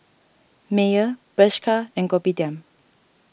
Mayer Bershka and Kopitiam